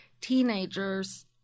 teenagers